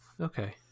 Okay